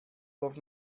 گفت